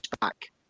back